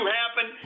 happen